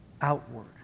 outward